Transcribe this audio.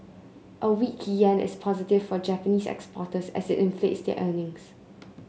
a weak yen is positive for Japanese exporters as it inflates their earnings